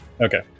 okay